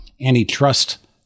antitrust